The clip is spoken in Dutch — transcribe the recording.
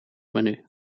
menu